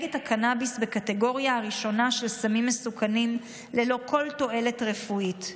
את הקנביס בקטגוריה הראשונה של סמים מסוכנים ללא כל תועלת רפואית,